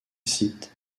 sites